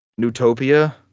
Newtopia